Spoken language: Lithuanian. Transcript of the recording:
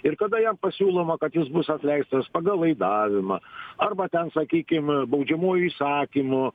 ir kada jam pasiūloma kad jis bus atleistas pagal laidavimą arba ten sakykim baudžiamuoju įsakymu